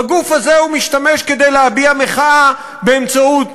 בגוף הזה הוא משתמש כדי להביע מחאה באמצעות